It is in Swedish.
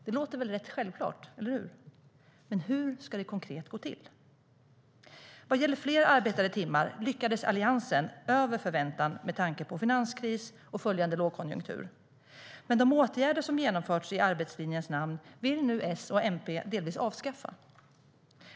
Det låter väl rätt självklart, eller hur? Men hur ska det konkret gå till? När det gäller fler arbetade timmar lyckades Alliansen över förväntan med tanke på finanskris och följande lågkonjunktur. Men de åtgärder som genomförts i arbetslinjens namn vill nu S och MP delvis avskaffa.